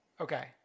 Okay